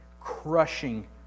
crushing